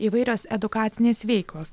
įvairios edukacinės veiklos